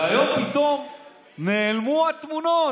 והיום פתאום נעלמו התמונות.